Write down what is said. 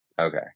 okay